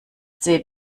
zäh